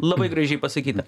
labai gražiai pasakyta